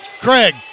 Craig